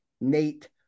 Nate